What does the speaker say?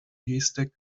gestik